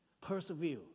Persevere